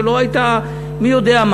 שלא הייתה מי-יודע-מה.